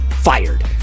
fired